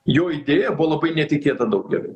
jo idėja buvo labai netikėta daugeliui